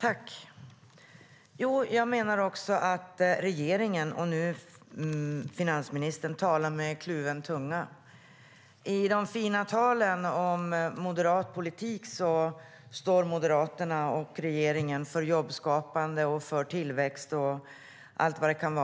Herr talman! Jag menar också att regeringen och finansministern talar med kluven tunga. I de fina talen om moderat politik står Moderaterna och regeringen för jobbskapande och tillväxt,